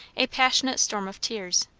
a passionate storm of tears.